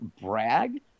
brag